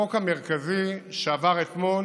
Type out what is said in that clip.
לחוק המרכזי, שעבר אתמול